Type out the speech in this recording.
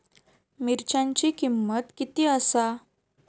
मिरच्यांची किंमत किती आसा?